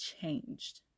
changed